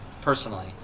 personally